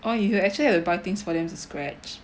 oh you actually have to buy things for them to scratch